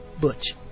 butch